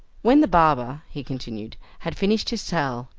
when the barber, he continued, had finished his tale,